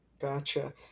Gotcha